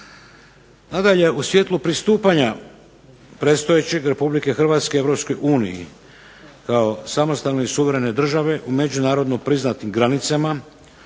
Nadalje u svijetlu pristupanja predstojećeg Republike Hrvatske Europskoj uniji kao samostalne i suverene države u međunarodno priznatim granicama